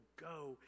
go